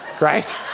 right